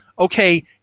okay